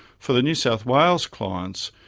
for the new south wales clients,